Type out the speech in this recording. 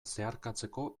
zeharkatzeko